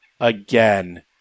Again